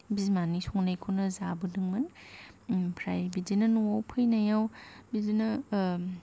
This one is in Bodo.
बिमानि संनायखौनो जाबोदोंमोन ओमफ्राय बिदिनो नआव फैनायाव बिदिनो